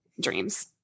dreams